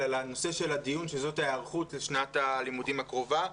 אלא לנושא של הדיון שזאת ההיערכות לשנת הלימודים הקרובה.